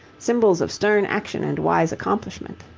symbols of stern action and wise accomplishment.